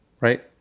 right